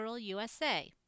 USA